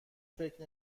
فکر